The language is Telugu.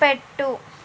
పెట్టు